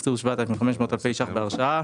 תקצוב 7,500 אלפי ₪ בהרשאה